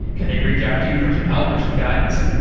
can they reach out to you for some help or some guidance?